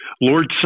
Lord